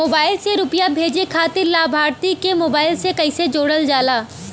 Mobile से रूपया भेजे खातिर लाभार्थी के मोबाइल मे कईसे जोड़ल जाला?